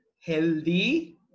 healthy